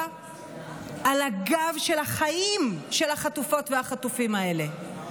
על הגב של החיים של החטופות והחטופים האלה.